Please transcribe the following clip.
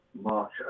march